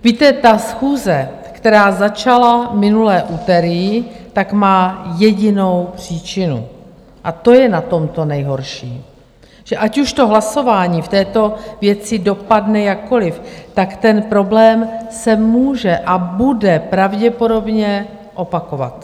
Víte, ta schůze, která začala minulé úterý, má jedinou příčinu, a to je na tomto nejhorší, že ať už to hlasování v této věci dopadne jakkoliv, ten problém se může a bude pravděpodobně opakovat.